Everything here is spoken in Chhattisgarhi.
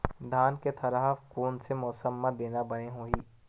धान के थरहा कोन से मौसम म देना बने होही?